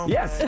Yes